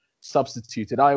substituted